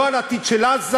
לא על העתיד של עזה,